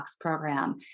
program